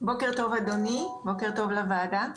בוקר טוב אדוני, בוקר טוב לוועדה,